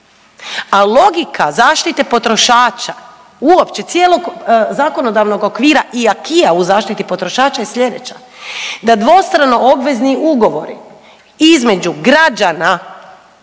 a logika zaštite potrošača uopće cijelog zakonodavnog okvira i AKI-a u zaštiti potrošača je slijedeća, da dvostrano obvezni ugovori između građana